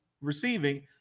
Receiving